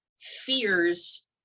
fears